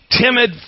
timid